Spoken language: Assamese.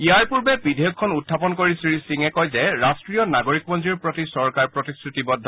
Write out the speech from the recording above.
ইয়াৰ পূৰ্বে বিধেয়কখন উখাপন কৰি শ্ৰীসিঙে কয় যে ৰট্টীয় নাগৰিকপঞ্জীৰ প্ৰতি চৰকাৰ প্ৰতিশ্ৰুতিবদ্ধ